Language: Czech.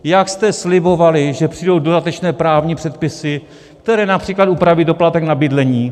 Jak jste slibovali, že přijdou dodatečné právní předpisy, které například upraví doplatek na bydlení.